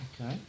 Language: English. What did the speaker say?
Okay